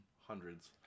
hundreds